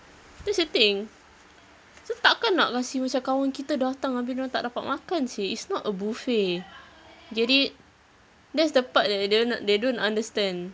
that's the thing so tak kan nak kasi macam kawan kita datang abeh dorang tak dapat makan seh it's not a buffet get it that's the part that they're not they don't understand